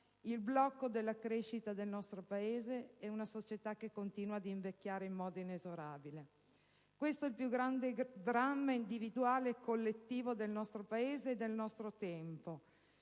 il blocco della crescita del nostro Paese e una società che continua a invecchiare in modo inesorabile. Questo è il più grande dramma individuale e collettivo del nostro Paese e del nostro tempo